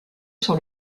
sur